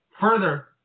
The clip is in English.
Further